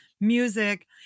music